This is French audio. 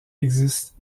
existe